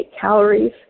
calories